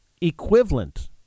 equivalent